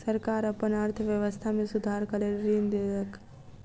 सरकार अपन अर्थव्यवस्था में सुधारक लेल ऋण लेलक